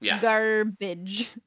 Garbage